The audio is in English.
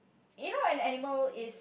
you know when an animal is